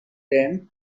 tenth